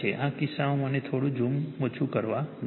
આ કિસ્સામાં મને ઝૂમ થોડું ઓછું કરવા દો